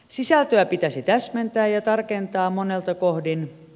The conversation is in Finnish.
sisältöä pitäisi täsmentää ja tarkentaa monelta kohdin